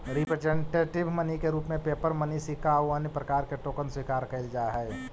representative money के रूप में पेपर मनी सिक्का आउ अन्य प्रकार के टोकन स्वीकार कैल जा हई